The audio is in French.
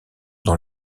dans